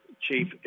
chief